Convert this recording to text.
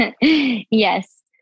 Yes